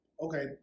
okay